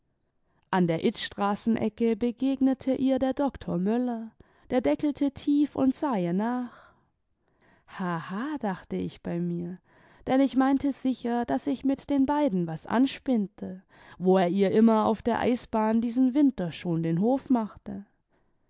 an der itzstraßenecke begegnete ihr der doktor möller der deckdte tief und sah ihr nach haha dachte ich bei mir denn idh meinte sicher daß sich mit den beiden was anspinnte wo er ihr immer auf der eisbahn diesen winter schon den hof machte